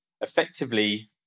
effectively